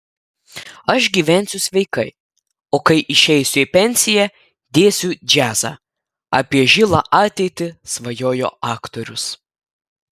aš gyvensiu sveikai o kai išeisiu į pensiją dėsiu džiazą apie žilą ateitį svajojo aktorius